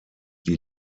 die